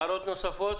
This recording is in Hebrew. הערות נוספות?